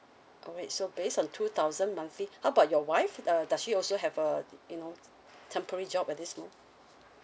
alright so base on two thousand monthly how about your wife uh does she also have uh you know temporary job at this moment